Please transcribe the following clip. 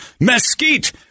mesquite